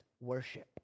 worship